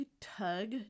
tug